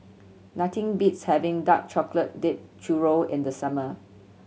nothing beats having dark chocolate dipped churro in the summer